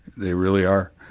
they really are.